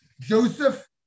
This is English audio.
Joseph